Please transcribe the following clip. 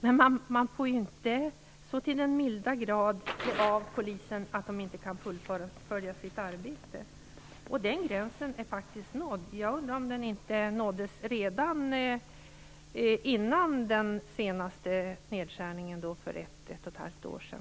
Men man får ju inte så till den milda grad ta av Polisens resurser att de inte kan fullfölja sitt arbete, och gränsen är faktiskt redan nådd. Jag undrar om den inte nåddes redan innan den senaste nedskärningen gjordes för ett och ett halvt år sedan.